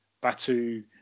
batu